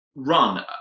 run